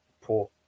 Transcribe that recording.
poor